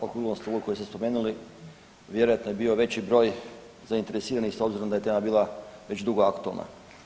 Na okruglom stolu koji ste spomenuli, vjerojatno je bio veći broj zainteresiranih, s obzirom da je tema bila već dugo aktualna.